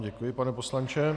Děkuji vám, pane poslanče.